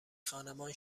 خانمان